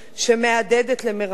שמהדהדת למרחוק.